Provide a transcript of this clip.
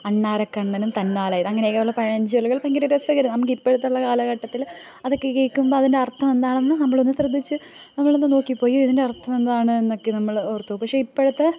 അണ്ണാറക്കണ്ണനും തന്നാലായത് അങ്ങനെയൊക്കെ ഉള്ള പഴഞ്ചൊല്ലുകള് ഭയങ്കര രസകരമാണ് നമുക്കിപ്പോഴുള്ള കാലഘട്ടത്തില് അതൊക്കെ കേള്ക്കുമ്പോള് അതിൻ്റെ അര്ത്ഥമെന്താണെന്ന് നമ്മളൊന്ന് ശ്രദ്ധിച്ച് നമ്മളൊന്ന് നോക്കി പോകും അയ്യോ ഇതിൻ്റെ അര്ത്ഥം എന്താണ് എന്നൊക്കെ നമ്മള് ഓര്ത്തുപോകും പക്ഷെ ഇപ്പോഴത്തെ